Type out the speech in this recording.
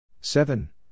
seven